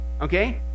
Okay